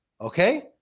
Okay